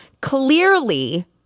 clearly